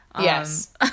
Yes